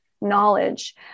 knowledge